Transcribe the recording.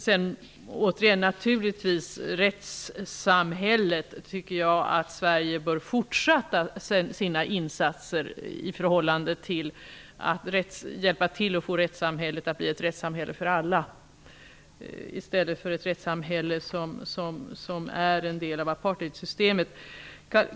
Jag anser givetvis att Sverige bör fortsätta sina insatser för rättssamhället och hjälpa till att få det att bli ett rättssamhälle för alla i stället för ett rättssamhälle som är en del av apartheidsystemet.